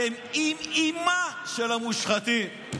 אתם אימ-אימא של המושחתים.